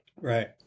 Right